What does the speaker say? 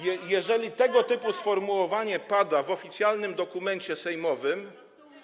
Jeżeli tego typu sformułowanie pada w oficjalnym dokumencie sejmowym.